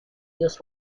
this